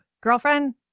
girlfriend